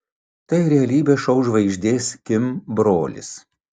tai realybės šou žvaigždės kim brolis